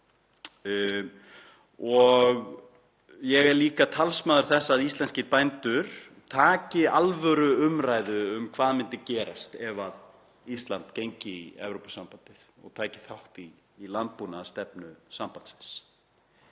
Ég er líka talsmaður þess að íslenskir bændur taki alvöruumræðu um hvað myndi gerast ef Ísland gengi í Evrópusambandið og tæki þátt í landbúnaðarstefnu sambandsins.